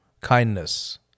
kindness